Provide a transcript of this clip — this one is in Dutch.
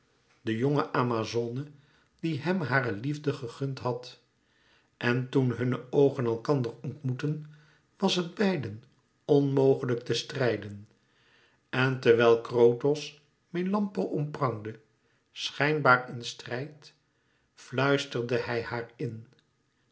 de jonge amazone die hem hare liefde gegund had en toen hunne oogen elkander ontmoetten was het beiden onmogelijk te strijden en terwijl krotos melampo omprangde schijnbaar in strijd fluisterde hij haar in